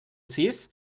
sis